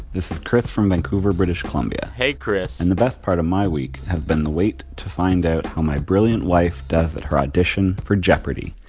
this is chris from vancouver, british columbia hey, chris and the best part of my week has been the wait to find out how my brilliant wife does at her audition for jeopardy!